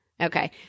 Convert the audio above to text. Okay